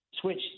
switch